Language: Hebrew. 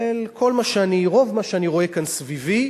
כולל רוב מה שאני רואה כאן סביבי,